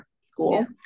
School